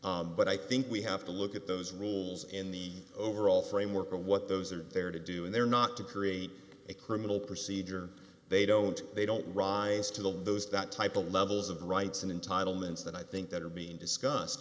but i think we have to look at those rules in the overall framework of what those are there to do and they're not to create a criminal procedure they don't they don't rise to the those that type of levels of rights and entitlements that i think that are being discuss